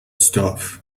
stuff